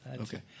Okay